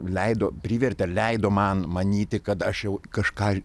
leido privertė leido man manyti kad aš jau kažką